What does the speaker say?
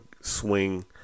swing